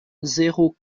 zéro